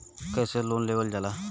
कैसे लोन लेवल जाला?